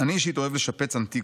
"אני אישית אוהב לשפץ ענתיקות.